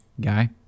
guy